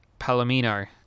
Palomino